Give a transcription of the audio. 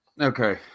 Okay